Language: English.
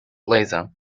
laser